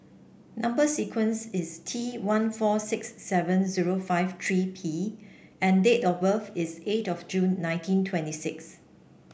number sequence is T one four six seven zero five three P and date of birth is eight June nineteen twenty six